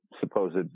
supposed